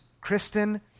Kristen